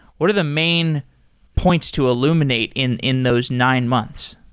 what are the main points to illuminate in in those nine months?